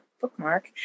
bookmark